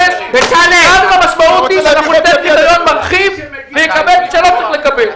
פתרון מרחיב ויקבל מה שלא צריך לקבל.